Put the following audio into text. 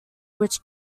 which